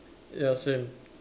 ya same